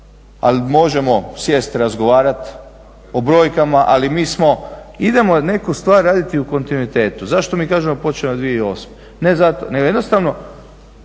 ali možemo sjesti, razgovarati o brojkama. Idemo neku stvar raditi u kontinuitetu. Zašto mi kažemo … je 2008.ne zato nego jednostavno